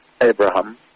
Abraham